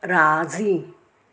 राज़ी